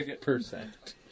percent